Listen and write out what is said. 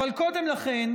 אבל קודם לכן